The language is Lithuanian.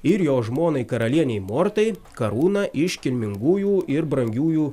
ir jo žmonai karalienei mortai karūną iš kilmingųjų ir brangiųjų